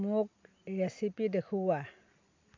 মোক ৰেচিপি দেখুওৱা